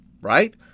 right